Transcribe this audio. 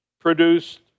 produced